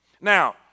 Now